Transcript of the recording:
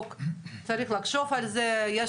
בגלל